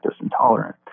intolerant